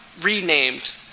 renamed